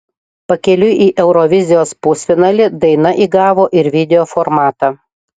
pakeliui į eurovizijos pusfinalį daina įgavo ir video formatą